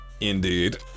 Indeed